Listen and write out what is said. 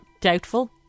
Doubtful